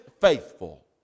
faithful